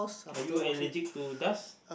are you allergic to dust